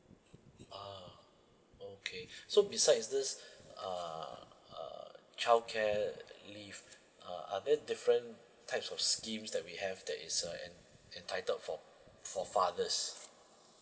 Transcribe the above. uh okay so besides this uh uh childcare leave uh are there different types of schemes that we have that is uh en~ entitled for for fathers